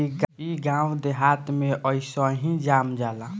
इ गांव देहात में अइसही जाम जाला